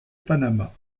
panama